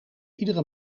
iedere